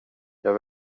jag